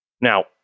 Now